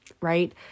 right